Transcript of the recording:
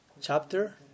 chapter